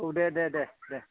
औ दे दे